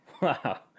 Wow